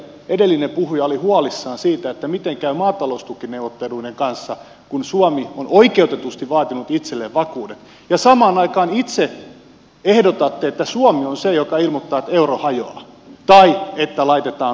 edellinen puhuja oli huolissaan siitä miten käy maataloustukineuvotteluiden kanssa kun suomi on oikeutetusti vaatinut itselleen vakuudet ja samaan aikaan itse ehdotatte että suomi on se joka ilmoittaa että euro hajoaa tai että laitetaan piikki kiinni